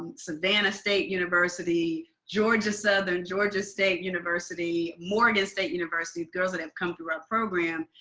savannah state university, georgia southern, georgia state university, morgan state university girls that have come through our program.